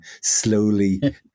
slowly